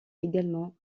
également